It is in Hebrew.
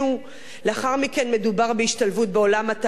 לאחר מכן מדובר בהשתלבות בעולם התעסוקה,